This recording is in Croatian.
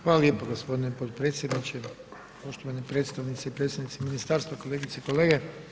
Hvala lijepo gospodine potpredsjedniče, poštovane predstavnice i predstavnici ministarstva, kolegice i kolege.